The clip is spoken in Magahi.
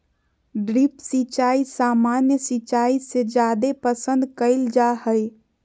ड्रिप सिंचाई सामान्य सिंचाई से जादे पसंद कईल जा हई